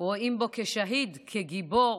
רואים בו שהיד, גיבור.